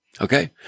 Okay